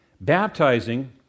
baptizing